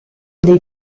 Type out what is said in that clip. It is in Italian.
dei